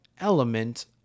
element